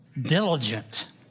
diligent